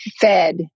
Fed